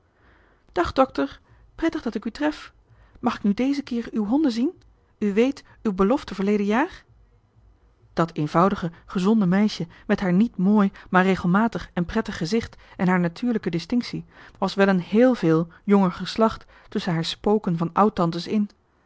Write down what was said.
dag dokter prettig dat ik u tref mag ik nu deze keer uw honden zien u weet uw belofte verleden jaar dat eenvoudige gezonde meisje met haar niet mooi maar regelmatig en prettig gezicht en haar natuurlijke distinctie was wel een héél veel jonger geslacht tusschen haar spoken van oud tantes in